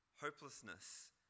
hopelessness